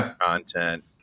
content